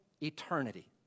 eternity